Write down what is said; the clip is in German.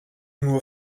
nur